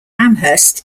amherst